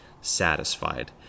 satisfied